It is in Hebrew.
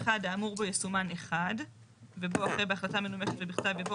1. האמור בו יסומן 1. ובוא אחרי "בהחלטה מנומקת ובכתב" יבוא